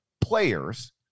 players